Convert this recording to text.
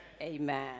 Amen